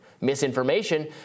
Misinformation